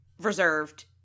reserved